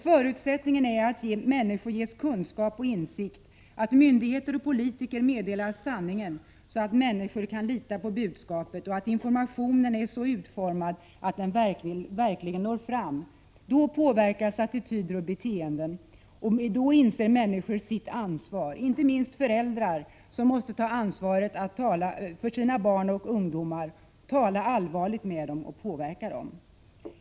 Förutsättningen är att människor ges kunskap och insikt, att myndigheter och politiker meddelar sanningen, så att människor kan lita på budskapet och att informationen är så utformad att den verkligen når fram. Då påverkas attityder och beteenden, och då inser människor sitt ansvar, inte minst föräldrar som måste ta ansvaret för sina barn och ungdomar. Föräldrarna 141 måste tala allvarligt med dem och påverka dem.